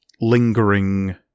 lingering